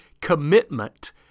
commitment